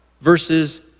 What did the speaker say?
verses